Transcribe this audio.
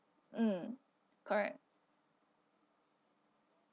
mm correct